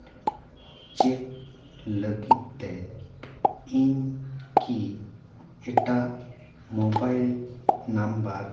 check ᱞᱟᱹᱜᱤᱫ ᱛᱮ ᱤᱧᱠᱤ ᱮᱴᱟᱜ ᱢᱳᱵᱟᱭᱤᱞ ᱱᱟᱵᱟᱨ